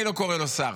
אני לא קורא לו שר,